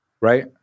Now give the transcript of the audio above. right